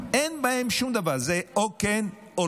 אין בהן שום דבר, זה או כן או לא.